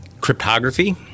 cryptography